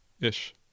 Ish